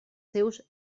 seus